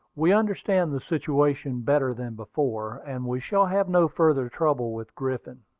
we understand the situation better than before, and we shall have no further trouble with griffin.